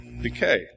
decay